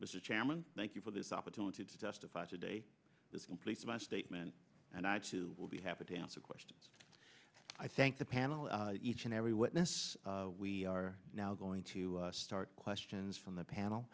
mr chairman thank you for this opportunity to testify today this completes my statement and i too will be happy to answer questions i thank the panel each and every witness we are now going to start questions from the